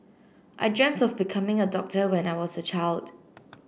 I dreamt of becoming a doctor when I was a child